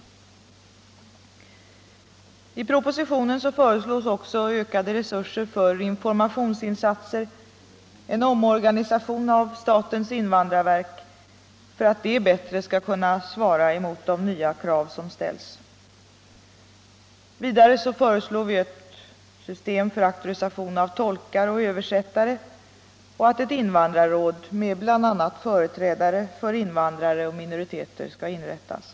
Onsdagen den I propositionen föreslås också ökade resurser för informationsinsatser 14 maj 1975 och en omorganisation av statens invandrarverk, för att det bättre skall kunna svara mot de nya krav som ställs. Vidare föreslås ett system för — Riktlinjer för auktorisation av tolkar och översättare och att ett invandrarråd med bl.a. invandraroch företrädare för invandrare och minoriteter skall inrättas.